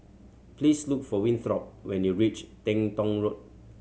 please look for Winthrop when you reach Teng Tong Road